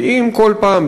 כי אם כל פעם,